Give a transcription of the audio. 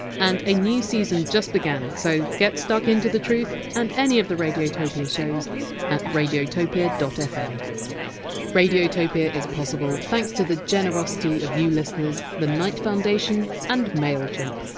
and a new season just began, so get stuck into the truth and any of the radiotopia shows at radiotopia fm radiotopia is possible thanks to the generosity of you listeners, the knight foundation, and mailchimp.